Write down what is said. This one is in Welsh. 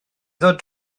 ddod